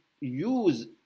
use